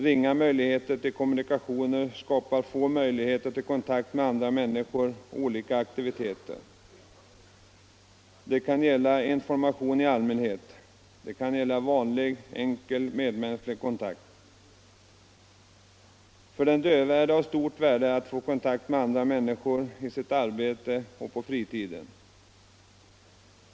Ringa möjligheter till kommunikation skapar få möjligheter till kontakt med andra människor och olika aktiviteter. Det kan gälla information i allmänhet. Det kan gälla vanlig enkel medmänsklig kontakt. För den döve är det av stort värde att få kontakt med andra människor i sitt arbete och på fritiden.